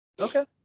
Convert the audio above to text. Okay